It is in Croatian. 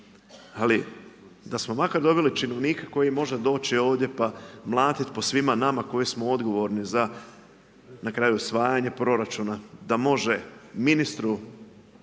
Ali da smo makar dobili činovnika koji može doći ovdje pa mlatiti po svima nama koji smo odgovorni za na kraju usvajanje proračuna, da može ministru